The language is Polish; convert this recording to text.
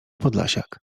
podlasiak